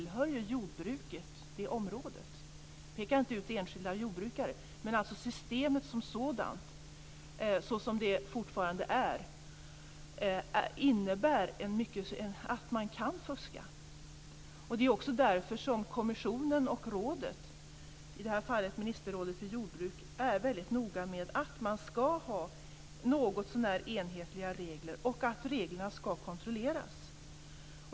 Jag pekar inte ut enskilda jordbrukare men systemet som sådant, såsom det fortfarande är, innebär att man kan fuska. Det är också därför som kommissionen och rådet, i det här fallet ministerrådet för jordbruk, är väldigt noga med att man ska ha någotsånär enhetliga regler och att reglerna ska kontrolleras.